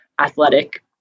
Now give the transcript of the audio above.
athletic